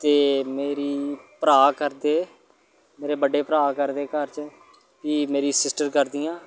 ते मेरी भ्राऽ करदे मेरे बड्डे भ्राऽ करदे घर च भी मेरी सिस्टर करदियां